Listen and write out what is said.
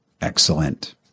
Excellent